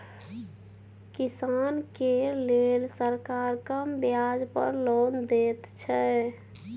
किसान केर लेल सरकार कम ब्याज पर लोन दैत छै